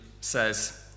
says